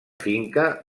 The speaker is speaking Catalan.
finca